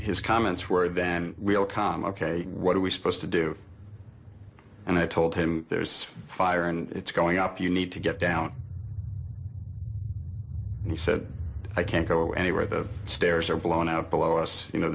his comments were van we'll calm ok what are we supposed to do and i told him there's a fire and it's going up you need to get down and he said i can't go anywhere the stairs are blown out below us you know